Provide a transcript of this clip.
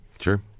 Sure